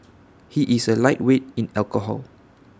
he is A lightweight in alcohol